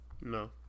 No